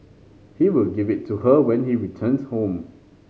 he would give it to her when he returned home